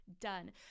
done